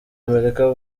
amerika